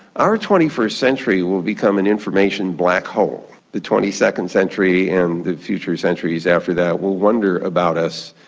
our twenty first century will become an information black hole. the twenty second century and the future centuries after that will wonder about us,